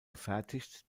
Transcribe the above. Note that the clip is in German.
gefertigt